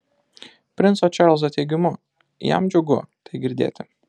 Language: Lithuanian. princo čarlzo teigimu jam džiugu tai girdėti